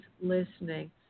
listening